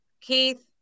Keith